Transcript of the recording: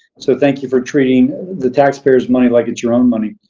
so, thank you for treating the taxpayer's money like it's your own money.